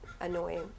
annoying